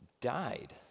died